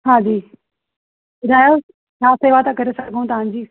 हाजी ॿुधायो छा सेवा था करे सघूं तव्हांजी